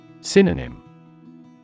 Synonym